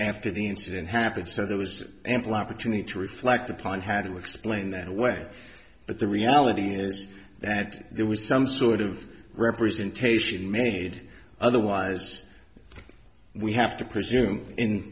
after the incident happened so there was ample opportunity to reflect upon how to explain that away but the reality is that there was some sort of representation made otherwise we have to presume